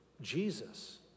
Jesus